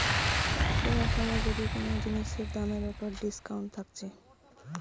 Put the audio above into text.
কিনার সময় যদি কুনো জিনিসের দামের উপর ডিসকাউন্ট থাকছে